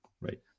right